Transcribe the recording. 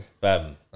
Bam